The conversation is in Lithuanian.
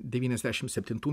devyniasdešim septintų